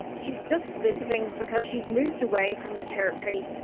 she's just visiting because she's moved away from the territory,